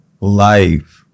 life